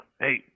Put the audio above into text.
hey